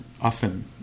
often